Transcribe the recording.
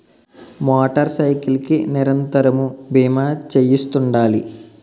motor cycle కి నిరంతరము బీమా చేయిస్తుండాలి